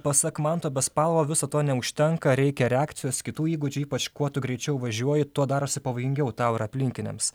pasak manto bespalovo viso to neužtenka reikia reakcijos kitų įgūdžių ypač kuo tu greičiau važiuoji tuo darosi pavojingiau tau ir aplinkiniams